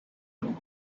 and